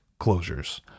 closures